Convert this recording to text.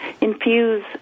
infuse